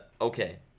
Okay